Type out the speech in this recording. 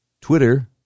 Twitter